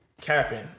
capping